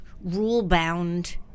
rule-bound